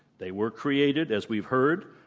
they were created, as we heard,